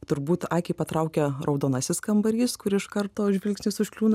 turbūt akį patraukia raudonasis kambarys kur iš karto žvilgsnis užkliūna